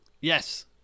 Yes